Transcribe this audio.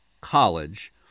college